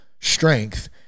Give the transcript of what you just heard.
strength